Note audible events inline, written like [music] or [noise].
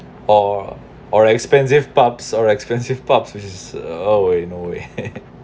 or or expensive pubs or expensive pubs which is no way no way [laughs]